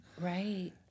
Right